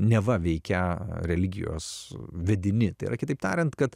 neva veikia religijos vedini tai yra kitaip tariant kad